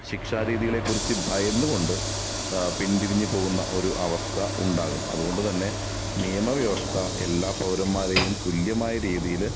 ശിക്ഷാരീതികളെ കുറിച്ച് ഭയന്നുകൊണ്ട് പിന്തിരിഞ്ഞുപോകുന്ന ഒരു അവസ്ഥ ഉണ്ടാകും അതുകൊണ്ടുതന്നെ നിയമവ്യവസ്ഥ എല്ലാ പൗരന്മാരെയും തുല്യമായ രീതിയില്